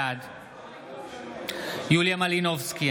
בעד יוליה מלינובסקי,